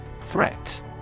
Threat